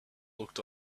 looked